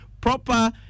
proper